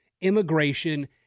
immigration